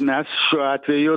mes šiuo atveju